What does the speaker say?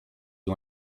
you